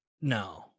No